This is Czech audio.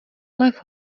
lev